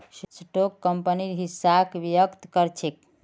stock कंपनीर हिस्साक व्यक्त कर छेक